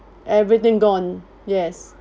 everything gone yes